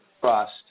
trust